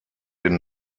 den